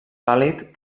pàl·lid